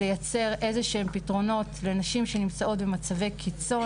לייצר איזשהם פתרונות לנשים שנמצאות במצבי קיצון.